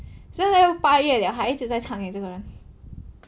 现在都八月 liao 还一直在唱 leh 这个人